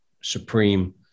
Supreme